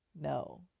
No